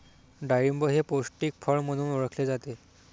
डाळिंब हे पौष्टिक फळ म्हणून ओळखले जाते